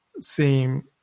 seem